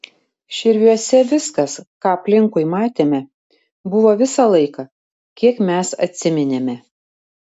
širviuose viskas ką aplinkui matėme buvo visą laiką kiek mes atsiminėme